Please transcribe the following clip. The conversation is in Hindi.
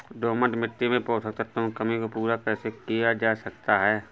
दोमट मिट्टी में पोषक तत्वों की कमी को पूरा कैसे किया जा सकता है?